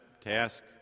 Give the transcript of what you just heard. task